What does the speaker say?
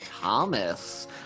Thomas